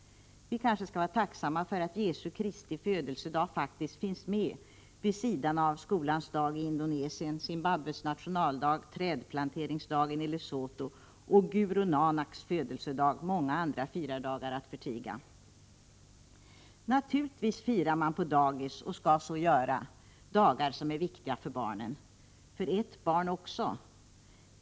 Vi kanske skall vara tacksamma för att Jesu Kristi födelsedag faktiskt finns med, vid sidan av skolans dag i Indonesien, Zimbabwes nationaldag, trädplanteringsdagen i Lesotho och gurun Nanaks födelsedag — många andra firardagar att förtiga. Naturligtvis firar man på dagis — och skall så göra — dagar som är viktiga för barnen, för ett barn också.